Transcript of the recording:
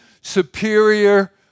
superior